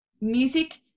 music